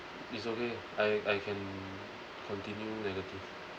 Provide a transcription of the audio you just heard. it's okay I I can continue negative